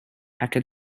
after